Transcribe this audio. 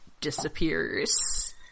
disappears